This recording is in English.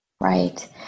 Right